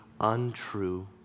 untrue